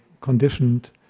conditioned